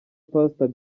pastor